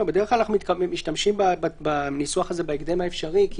בדרך כלל אנחנו משתמשים בניסוח הזה "בהקדם האפשרי".